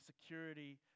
security